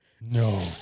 No